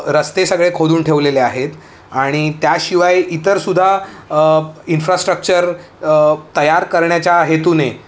रस्ते सगळे खोदून ठेवलेले आहेत आणि त्याशिवाय इतर सुद्धा इन्फ्रास्ट्रक्चर तयार करण्याच्या हेतूने